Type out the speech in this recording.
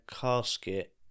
casket